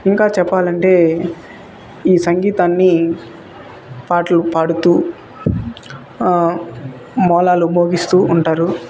ఇంకా చెప్పాలంటే ఈ సంగీతాన్ని పాటలు పాడుతూ మేళాలు మోగిస్తూ ఉంటారు